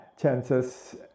chances